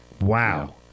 Wow